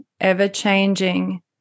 ever-changing